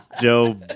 Joe